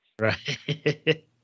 Right